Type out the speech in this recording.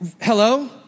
Hello